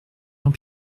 jean